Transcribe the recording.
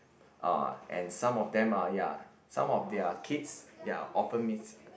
uh and some of them are ya some of their kids ya often miss